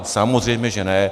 Samozřejmě že ne.